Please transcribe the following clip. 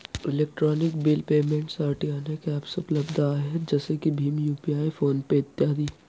electronic bill पेमेंटसाठी अनेक ॲप्सउपलब्ध आहेत जसे की भीम यू.पि.आय फोन पे इ